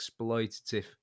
exploitative